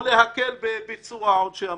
או להקל בביצוע עונשי המוות.